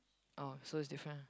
oh so is different ah